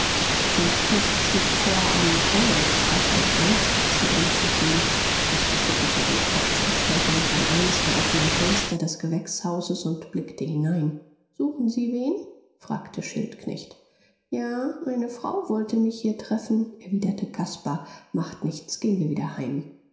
schildknecht schlug vor am onolzbach entlang spazierenzugehen caspar schüttelte den kopf er stellte sich an eines der offenen fenster des gewächshauses und blickte hinein suchen sie wen fragte schildknecht ja eine frau wollte mich hier treffen erwiderte caspar macht nichts gehen wir wieder heim